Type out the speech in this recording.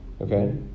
okay